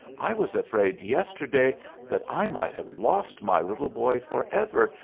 i was afraid yesterday that i might have lost my little boy forever,